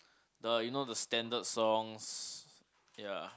the you know the standard songs ya